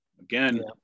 again